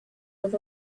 with